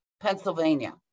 Pennsylvania